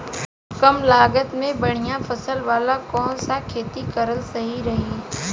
कमलागत मे बढ़िया फसल वाला कौन सा खेती करल सही रही?